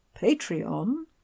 Patreon